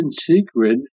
secret